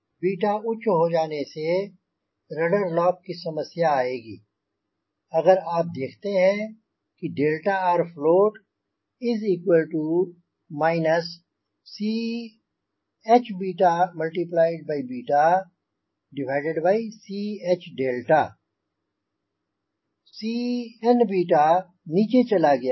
𝛽 उच्च हो जाने से रडर लॉक की समस्या आएगी अगर आप देखते हैं float ChCh Cn नीचे चला गया है